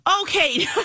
Okay